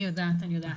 אני יודעת.